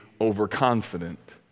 overconfident